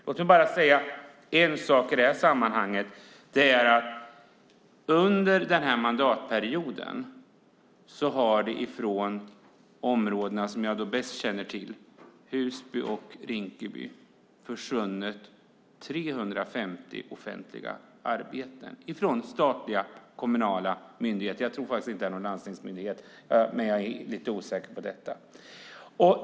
Låt mig bara säga en sak i detta sammanhang: Under denna mandatperiod har det i de områden jag bäst känner till - Husby och Rinkeby - försvunnit 350 offentliga arbeten ifrån statliga och kommunala myndigheter. Jag tror faktiskt inte att det rör sig om någon landstingsmyndighet, men jag är lite osäker på det.